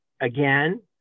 again